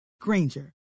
Granger